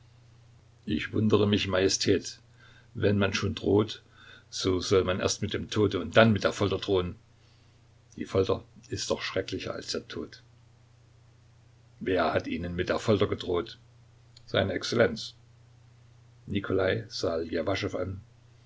ich wundere mich majestät wenn man schon droht so soll man erst mit dem tode und dann mit der folter drohen die folter ist doch schrecklicher als der tod wer hat ihnen mit der folter gedroht seine exzellenz nikolai sah ljewaschow an